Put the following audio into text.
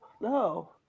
No